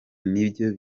nibyo